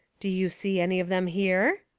do you see any of them here?